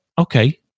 okay